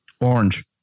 Orange